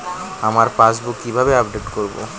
আমার পাসবুক কিভাবে আপডেট করবো?